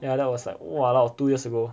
ya that was like !walao! two years ago